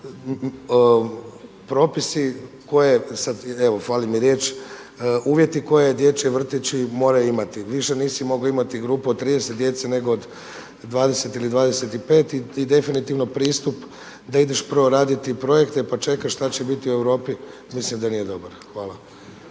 izmijenili propisi, uvjeti koje dječji vrtići moraju imati. Više nisi mogao imati grupu od 30 djece nego od 20 ili 25 i definitivno pristup da ideš prvo raditi projekte, pa čekaj šta će biti u Europi, mislim da nije dobar. Hvala.